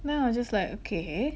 now I just like okay